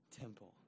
temple